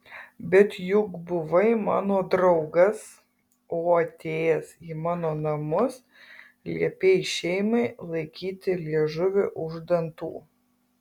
bet juk buvai mano draugas o atėjęs į mano namus liepei šeimai laikyti liežuvį už dantų